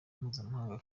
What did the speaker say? mpuzamahanga